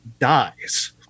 dies